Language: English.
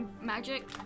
Magic